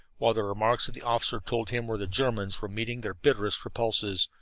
while the remarks of the officer told him where the germans were meeting their bitterest repulses,